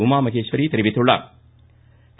உமாமகேஸ்வாி தெரிவித்துள்ளாா்